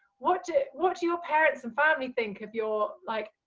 what do what do your parents and family think of your like,